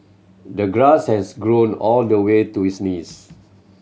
the grass has grown all the way to his knees